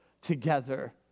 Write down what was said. together